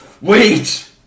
Wait